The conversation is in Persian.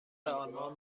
آلمان